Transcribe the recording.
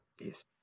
yes